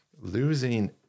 Losing